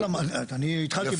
אני התחלתי בזה.